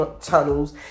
tunnels